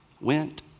went